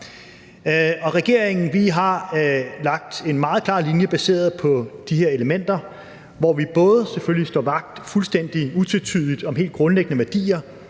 regeringen har vi lagt en meget klar linje baseret på de her elementer, hvor vi selvfølgelig både fuldstændig utvetydigt står vagt om helt grundlæggende værdier,